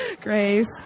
grace